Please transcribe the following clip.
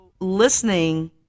listening